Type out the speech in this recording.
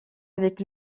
avec